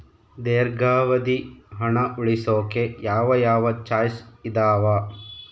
ದೇರ್ಘಾವಧಿ ಹಣ ಉಳಿಸೋಕೆ ಯಾವ ಯಾವ ಚಾಯ್ಸ್ ಇದಾವ?